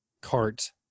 cart